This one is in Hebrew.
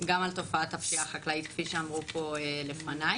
גם על תופעת הפשיעה החקלאית, כפי שאמרו פה לפניי.